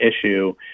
issue